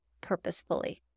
purposefully